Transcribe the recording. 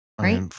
Right